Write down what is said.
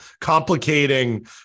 complicating